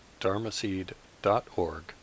dharmaseed.org